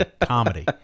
Comedy